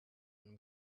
and